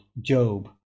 job